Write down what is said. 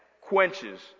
quenches